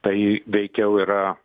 tai veikiau yra